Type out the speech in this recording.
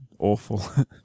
Awful